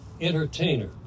entertainer